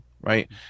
right